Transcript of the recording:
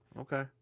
Okay